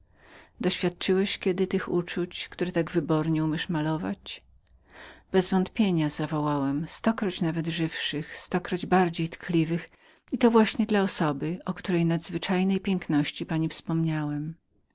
doświadczyłeś pan kiedy tych uczuć które tak wybornie umiesz malować bezwątpienia zawołałem stokroć nawet żywszych stokroć bardziej tkliwych i to właśnie dla osoby o której nadzwyczajnej piękności pani wspominałem